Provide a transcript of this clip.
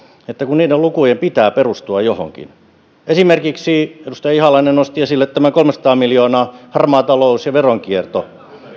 että niiden lukujen pitää perustua johonkin esimerkiksi edustaja ihalainen nosti esille tämän kolmesataa miljoonaa harmaa talous ja veronkierto